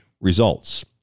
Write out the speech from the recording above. results